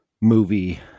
movie